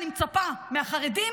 אני מצפה מהחרדים